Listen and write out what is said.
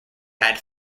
had